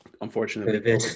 unfortunately